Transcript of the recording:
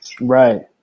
Right